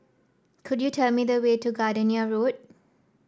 could you tell me the way to Gardenia Road